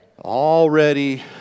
Already